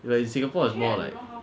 where in singapore is more like